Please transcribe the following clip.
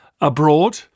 abroad